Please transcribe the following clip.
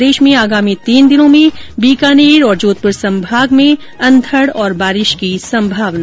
प्रदेश में आगामी तीन दिनों में बीकानेर और जोधपुर संभाग में अंधड़ और बारिश की संभावना